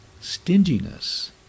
stinginess